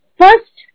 first